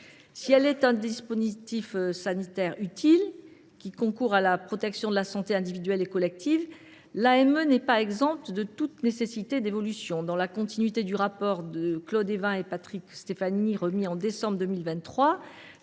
Si elle représente un dispositif sanitaire utile, qui concourt à la protection de la santé individuelle et collective, elle nécessite toutefois certaines évolutions. Dans la continuité du rapport de MM. Claude Évin et Patrick Stefanini remis en décembre 2023,